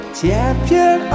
champion